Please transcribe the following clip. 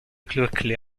quickly